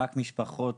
רק משפחות